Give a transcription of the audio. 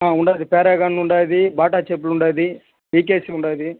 ఉంది పారాగాన్ ఉంది బాటా చెప్పులు ఉంది వికేసి ఉంది